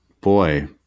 boy